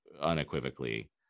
unequivocally